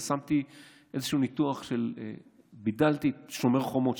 אז שמתי איזשהו ניתוח כשבידלתי את שומר החומות,